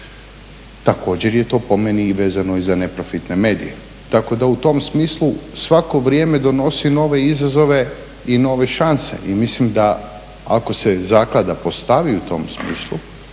Također je to po meni vezano i za neprofitne medije. Tako da u tom smislu svako vrijeme donosi nove izazove i nove šanse i mislim da ako se zaklada postavi u tom smislu